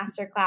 masterclass